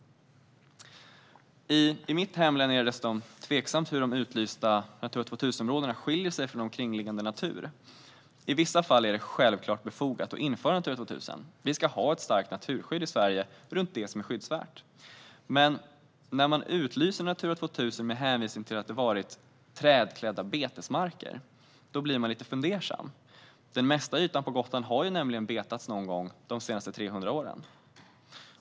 I mitt hemlän är jag dessutom tveksam till hur de utlysta Natura 2000-områdena skiljer sig från omkringliggande natur. I vissa fall är det självklart befogat att införa Natura 2000. Vi ska ha ett starkt naturskydd i Sverige för det som är skyddsvärt. Men när ett område knyts till Natura 2000 med hänvisning till att det har varit trädklädda betesmarker blir jag lite fundersam. Den mesta ytan på Gotland har nämligen betats någon gång under de senaste 300 åren.